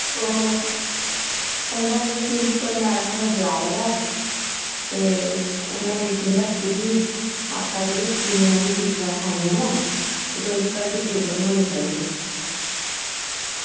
ओहो तुंदे principal madam होरें बुलाए दा ते उनें मीटिंग रक्खी दी आक्खा दे हे जिन्नियां बी टीचरां सारियां ना एह् कोई बी कल्ल छुट्टी उप्पर निं होनी चाहिदी